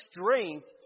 strength